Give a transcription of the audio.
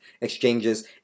exchanges